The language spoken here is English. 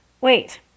wait